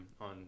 on